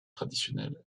traditionnelles